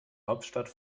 hauptstadt